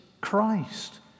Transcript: Christ